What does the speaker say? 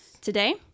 Today